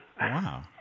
Wow